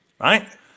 Right